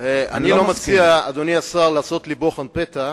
אני לא מציע, אדוני השר, לעשות לי בוחן פתע,